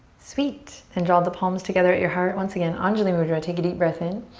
sweet. then draw the palms together at your heart. once again, anjali mudra. take a deep breath in.